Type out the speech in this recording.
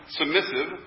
submissive